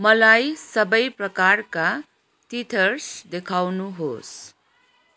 मलाई सबै प्रकारका टिथर्स देखाउनुहोस्